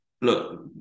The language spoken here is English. look